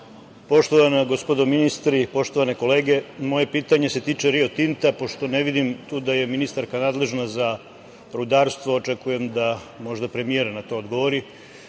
Poštovana gospodo ministri, poštovane kolege, moje pitanje se tiče „Rio Tinta“ pošto ne vidim da je tu ministarka nadležna za rudarstvo. Očekujem možda premijer na to odgovori. Pre